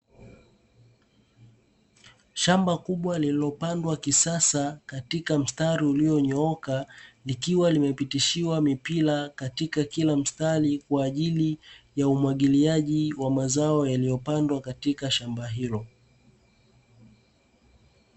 Shamba kubwa lililopandwa kisasa katika mstari ulionyooka, likiwa limepitishiwa mipira katika kila mstari kwa ajili ya umwagiliaji wa mazao yaliyopandwa katika shamba hilo.